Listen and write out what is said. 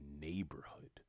neighborhood